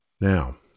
Now